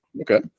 Okay